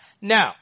Now